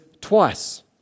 twice